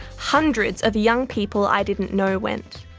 hundreds of young people i didn't know went.